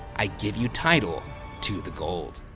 i give you title to the gold.